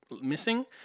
Missing